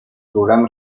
programa